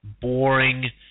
boring